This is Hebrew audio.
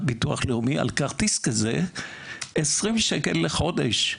על כרטיס כזה משלמים 20 שקל לחודש.